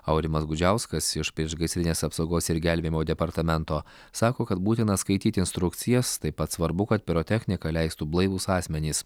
aurimas gudžiauskas iš priešgaisrinės apsaugos ir gelbėjimo departamento sako kad būtina skaityti instrukcijas taip pat svarbu kad pirotechniką leistų blaivūs asmenys